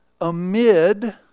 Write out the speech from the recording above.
amid